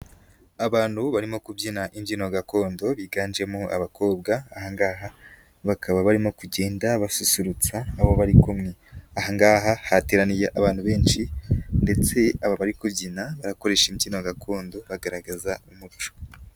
Abantu barimo kubyina imbyino gakondo biganjemo abakobwa, aha ngaha bakaba barimo kugenda basusurutsa abo bari kumwe, aha ngaha hateraniye abantu benshi ndetse aba bariri kubyina bakoresha imbyino gakondo bagaragaza umuco.